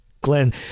Glenn